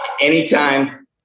anytime